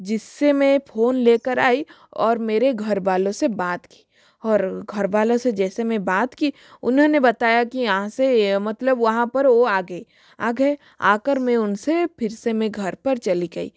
जिस से मैं फ़ोन ले कर आई और मेरे घरवालों से बात की और घरवालों से जैसे मैं बात की उन्होंने बताया कि यहाँ से मतलब वहाँ पर वो आ गए आ गए आ कर मैं उन से फिर से घर पर चली गई